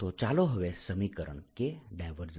1AdQdt KdTdx 3Djr kT